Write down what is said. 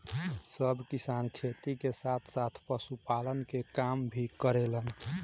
सब किसान खेती के साथ साथ पशुपालन के काम भी करेलन